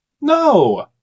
No